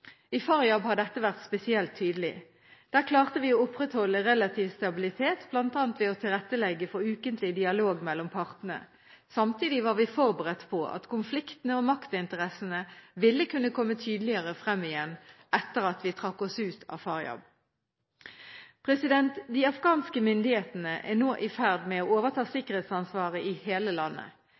I Faryab har dette vært spesielt tydelig. Der klarte vi å opprettholde relativ stabilitet, bl.a. ved å tilrettelegge for ukentlig dialog mellom partene. Samtidig var vi forberedt på at konfliktene og maktinteressene ville kunne komme tydeligere frem igjen etter at vi trakk oss ut av Faryab. De afghanske myndighetene er nå i ferd med å overta sikkerhetsansvaret i hele landet.